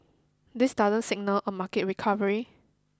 this doesn't signal a market recovery